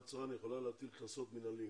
הצרכן יכולה להטיל קנסות מינהליים.